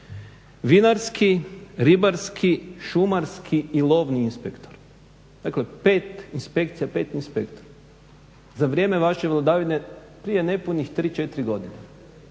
vinarski, ribarski, šumarski i lovni inspektor. Dakle pet inspekcija, pet inspektora za vrijeme vaše vladavine prije nepunih 3-4 godine.